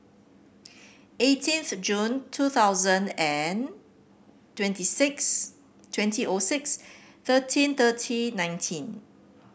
eighteenth June two thousand and twenty six twenty O six thirteen thirty nineteen